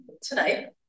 tonight